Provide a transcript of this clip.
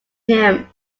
him